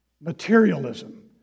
Materialism